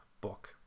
book